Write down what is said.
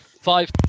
Five